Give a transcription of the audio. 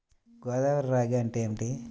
గోదావరి రాగి అంటే ఏమిటి?